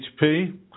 HP